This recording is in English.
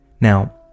Now